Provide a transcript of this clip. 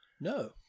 No